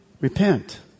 repent